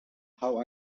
how